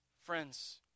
friends